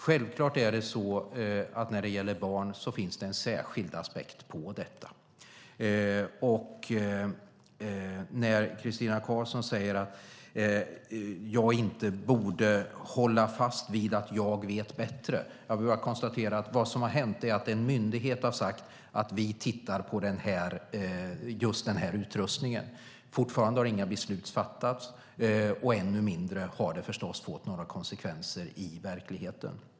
Självklart finns det en särskild aspekt på detta när det gäller barn. När Christina Karlsson säger att jag inte borde hålla fast vid att jag vet bättre vill jag bara konstatera att vad som har hänt är att en myndighet har sagt: Vi tittar på just den här utrustningen. Fortfarande har inga beslut fattats, och än mindre har det förstås fått några konsekvenser i verkligheten.